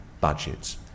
budgets